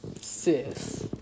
Sis